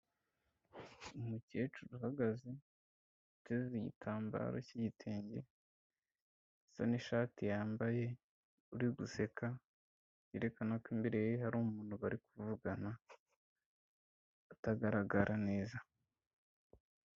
Umukecuru ahahagaze uteze igitambaro cy'igitenge gisa ni'shati yambaye uri guseka, yerekana ko imbere ye hari umuntu bari kuvugana utagaragara neza.